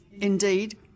Indeed